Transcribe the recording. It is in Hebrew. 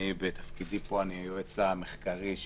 בתפקידי פה אני יועץ המחקר של